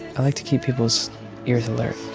i like to keep peoples' ears alert